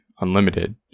Unlimited